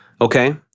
Okay